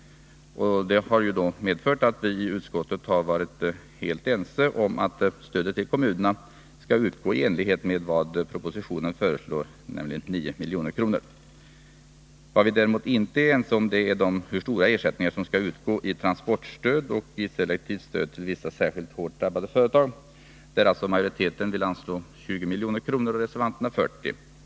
Det har medfört att vi i utskottet har varit helt ense om att stödet till kommunerna skall utgå i enlighet med vad som föreslås i propositionen, dvs. 9 milj.kr. Vad vi däremot inte är ense om är hur stora belopp som skall utgå i transportstöd och i selektivt stöd till vissa hårt drabbade företag. Utskottsmajoriteten vill anslå 20 milj.kr. och reservanterna 40 milj.kr.